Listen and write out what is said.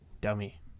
dummy